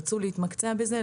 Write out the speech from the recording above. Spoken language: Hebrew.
ירצו להתמקצע בזה,